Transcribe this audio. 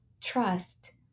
trust